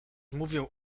mówią